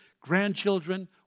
grandchildren